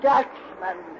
Dutchman